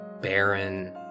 barren